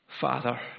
Father